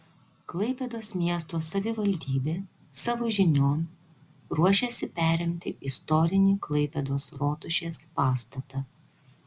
klaipėdos miesto savivaldybė savo žinion ruošiasi perimti istorinį klaipėdos rotušės pastatą